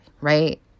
right